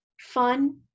fun